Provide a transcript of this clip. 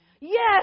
Yes